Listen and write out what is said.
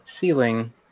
ceiling